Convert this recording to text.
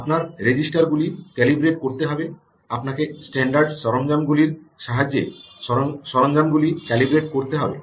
আপনাকে রেজিস্টার গুলি ক্যালিব্রেট করতে হবে আপনাকে স্ট্যান্ডার্ড সরঞ্জামগুলির সাহায্যে সরঞ্জামগুলি ক্যালিব্রেট করতে হবে